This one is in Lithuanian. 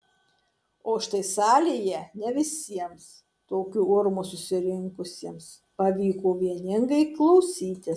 o štai salėje ne visiems tokiu urmu susirinkusiems pavyko vieningai klausytis